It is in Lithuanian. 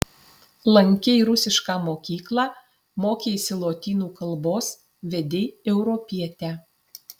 lankei rusišką mokyklą mokeisi lotynų kalbos vedei europietę